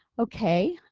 okay,